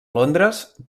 londres